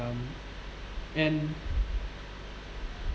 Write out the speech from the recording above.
um and